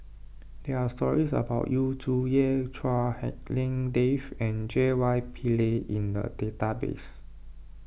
there are stories about Yu Zhuye Chua Hak Lien Dave and J Y Pillay in the database